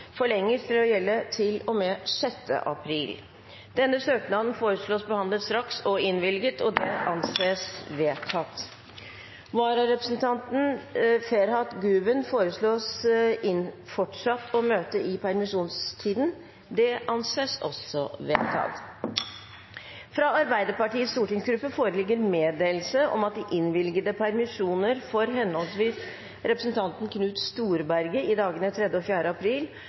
forlenges til å gjelde til og med 6. april. Denne søknad foreslås behandlet straks og innvilges. – Det anses vedtatt. Vararepresentanten, Ferhat Güven , foreslås fortsatt å møte i permisjonstiden. – Det anses også vedtatt. Fra Arbeiderpartiets stortingsgruppe foreligger meddelelse om at de innvilgede permisjoner for henholdsvis representanten Knut Storberget i dagene 3. og 4. april